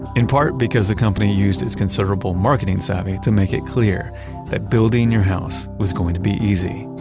in part because the company used its considerable marketing savvy to make it clear that building your house was going to be easy.